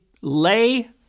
lay